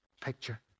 picture